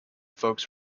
folks